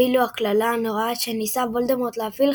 ואילו הקללה הנוראה שניסה וולדמורט להפעיל,